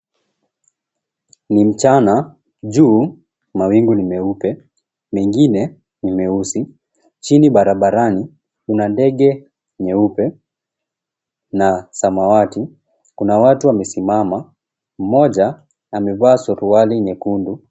Ni mchana juu mawingu ni meupe mengine ni meusi chini barabarani kuna ndege nyeupe na samawati kuna watu wamesimama mmoja amevaa surali nyekundu.